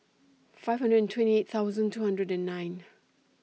five hundred and twenty eight thousand two hundred and nine